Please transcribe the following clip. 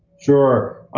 sure.